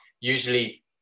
usually